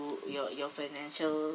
your your financial